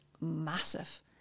massive